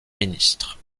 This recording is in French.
ministre